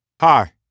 Hi